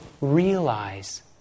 realize